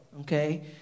okay